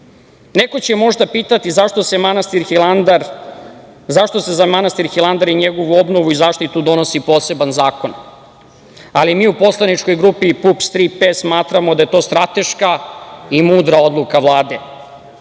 će možda pitati zašto se za manastir Hilandar i njegovu obnovu zaštitu donosi poseban zakon, ali mi u poslaničkoj grupi PUPS – „Tri P“ smatramo da je to strateška i mudra odluka Vlade,